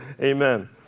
Amen